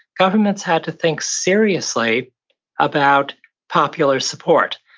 governments had to think seriously about popular support.